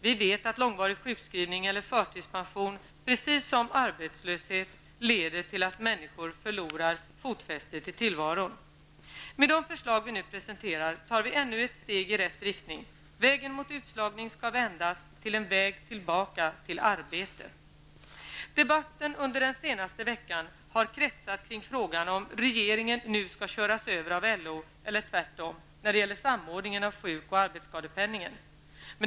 Vi vet att långvarig sjukskrivning eller förtidspension, precis som arbetslöshet, leder till att människor förlorar fotfästet i tillvaron. Med de förslag vi nu presenterar tar vi ännu ett steg i rätt riktning. Vägen mot utslagning skall vändas till en väg tillbaka till arbete. Debatten under den senaste veckan har kretsat kring frågan om regeringen nu skall köras över av LO eller tvärtom, i fråga om samordningen av sjukoch arbetsskadepenningen.